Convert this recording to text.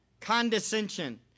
Condescension